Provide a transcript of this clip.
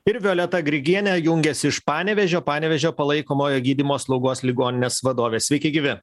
ir violeta grigienė jungiasi iš panevėžio panevėžio palaikomojo gydymo slaugos ligoninės vadovė sveiki gyvi